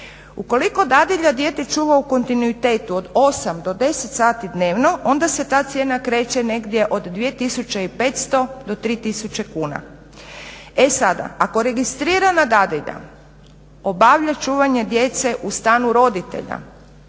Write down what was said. Ukoliko dadilja dijete čuva u kontinuitetu od 8 do 10 sati dnevno onda se ta cijena kreće negdje od 2500 do 3000 kuna. E sada, ako registrirana dadilja obavlja čuvanje djece u stanu roditelja